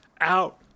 out